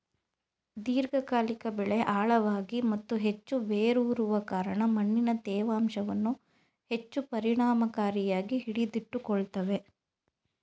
ದೀರ್ಘಕಾಲಿಕ ಬೆಳೆ ಆಳವಾಗಿ ಮತ್ತು ಹೆಚ್ಚು ಬೇರೂರುವ ಕಾರಣ ಮಣ್ಣಿನ ತೇವಾಂಶವನ್ನು ಹೆಚ್ಚು ಪರಿಣಾಮಕಾರಿಯಾಗಿ ಹಿಡಿದಿಟ್ಟುಕೊಳ್ತವೆ